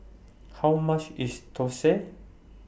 How much IS Thosai